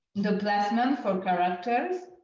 the placement for characters.